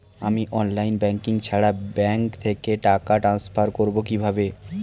আমি online banking ছাড়া bank থেকে টাকা ট্রান্সফার করবো কিভাবে?